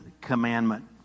commandment